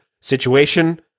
Situation